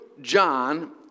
John